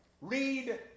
Read